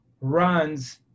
runs